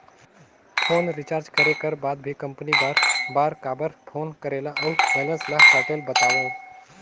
Phone recharge करे कर बाद भी कंपनी बार बार काबर फोन करेला और बैलेंस ल काटेल बतावव?